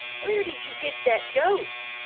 where did you get that goat?